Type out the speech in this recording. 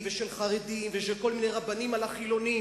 ושל חרדים ושל כל מיני רבנים על החילונים.